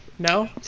No